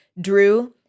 drew